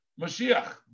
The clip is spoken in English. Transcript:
Mashiach